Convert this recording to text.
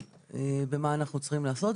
במה אנחנו צריכים לעשות.